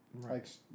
Right